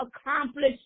accomplished